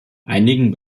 einigen